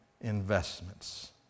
investments